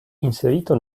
inserito